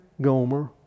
Gomer